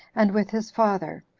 and with his father,